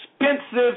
expensive